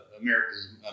America's